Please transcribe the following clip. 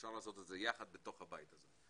אפשר לעשות את זה יחד בתוך הבית הזה.